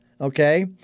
okay